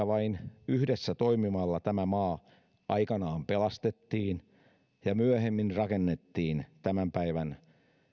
vain yhdessä toimimalla tämä maa aikanaan pelastettiin ja myöhemmin rakennettiin tämän päivän